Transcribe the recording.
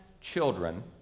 children